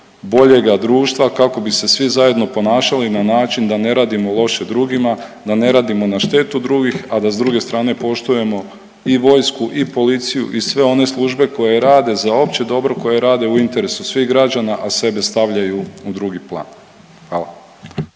boljega društva kako bi se svi zajedno ponašali na način da ne radimo loše drugima, da ne radimo na štetu drugih, a da s druge strane poštujemo i vojsku i policiju i sve one službe koje rade za opće dobro, koje rade u interesu svih građana, a sebe stavljaju u drugi plan, hvala.